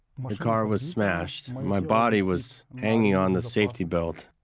car was smashed, my body was hanging on the safety belt,